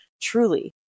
truly